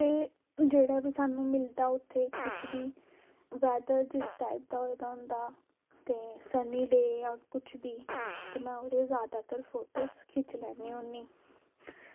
ते जेह्ड़ा बी सानूं मिलदा उत्थें कुछ बी वैदर जिस टाइप दा होए दा होंदा ते सनी डे जां कुछ बी ते में ओह्दे जादातर फोटोज़ खिच्ची लैन्नी होन्नी